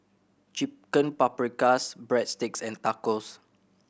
Chicken Paprikas Breadsticks and Tacos